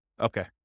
Okay